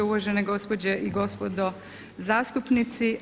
Uvažene gospođe i gospodo zastupnici.